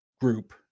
group